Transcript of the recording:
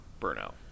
burnout